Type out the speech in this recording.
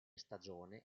stagione